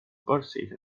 boxing